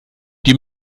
die